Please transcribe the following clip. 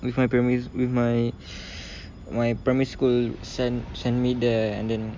with my primary with my my primary school send send me there and then